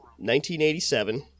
1987